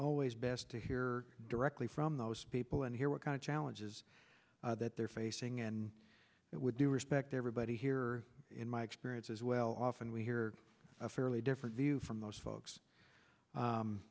always best to hear directly from those people and hear what kind of challenges that they're facing and it would do respect everybody here in my experience as well often we hear a fairly different view from most folks